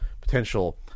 potential